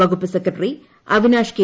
വകുപ്പ് secretary Avinash K